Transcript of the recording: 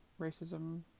racism